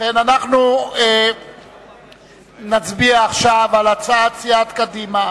אנחנו נצביע עכשיו על הצעת סיעת קדימה